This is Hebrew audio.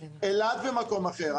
אילת במקום אחר,